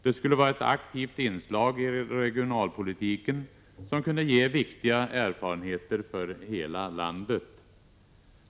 Det skulle vara ett aktivt inslag i regionalpolitiken, som kunde ge viktiga erfarenheter för hela landet.